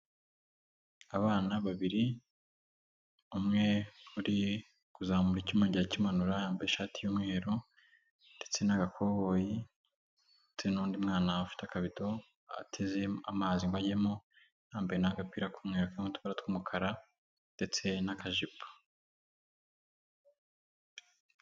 Abana babiri, umwe uri kuzamura icyuma yongera akimanura ,yambaye ishati y'umweru ndetse n'agakoboyi ndetse n'undi mwana ufite akabido ateze amazi ngo ajyemo yambaye n'agapira n'umweru karimo uturongo tw'umukara ndetse n'akajipo.